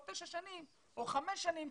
או תשע שנים או חמש שנים,